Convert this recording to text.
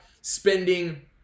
spending